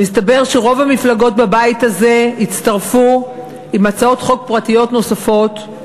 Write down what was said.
מסתבר שרוב המפלגות בבית הזה הצטרפו עם הצעות חוק פרטיות נוספות.